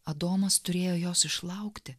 adomas turėjo jos išlaukti